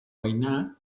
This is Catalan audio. veïnat